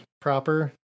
proper